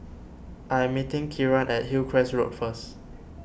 I am meeting Kieran at Hillcrest Road first